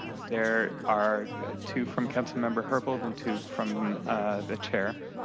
there are two from councilmember herbold and two from the chair,